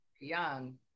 young